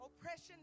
oppression